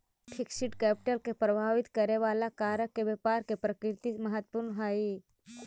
fixed capital के प्रभावित करे वाला कारक में व्यापार के प्रकृति सबसे महत्वपूर्ण हई